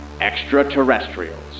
Extraterrestrials